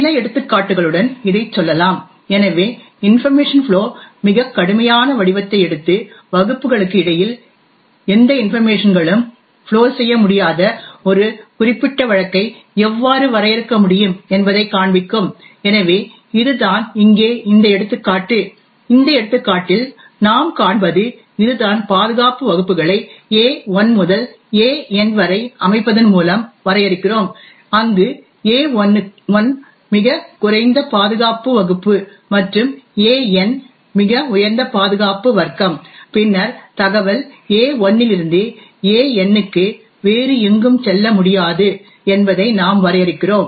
சில எடுத்துக்காட்டுகளுடன் இதைச் சொல்லலாம் எனவே இன்பர்மேஷன் ஃப்ளோ மிகக் கடுமையான வடிவத்தை எடுத்து வகுப்புகளுக்கு இடையில் எந்த இன்பர்மேஷன்களும் ஃப்ளோ செய்ய முடியாத ஒரு குறிப்பிட்ட வழக்கை எவ்வாறு வரையறுக்க முடியும் என்பதைக் காண்பிக்கும் எனவே இதுதான் இங்கே இந்த எடுத்துக்காட்டு இந்த எடுத்துக்காட்டில் நாம் காண்பது இதுதான் பாதுகாப்பு வகுப்புகளை A1 முதல் AN வரை அமைப்பதன் மூலம் வரையறுக்கிறோம் அங்கு A1 மிகக் குறைந்த பாதுகாப்பு வகுப்பு மற்றும் AN மிக உயர்ந்த பாதுகாப்பு வர்க்கம் பின்னர் தகவல் A1 இலிருந்து AN க்கு வேறு எங்கும் செல்ல முடியாது என்பதை நாம் வரையறுக்கிறோம்